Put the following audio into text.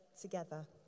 together